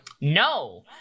No